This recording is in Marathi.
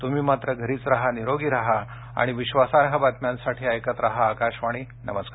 तूम्ही मात्र घरीच राहा निरोगी राहा आणि विश्वासार्ह बातम्यांसाठी ऐकत रहा आकाशवाणी नमस्कार